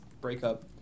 breakup